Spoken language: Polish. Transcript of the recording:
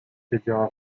siedziała